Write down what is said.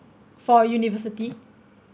for university